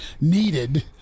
needed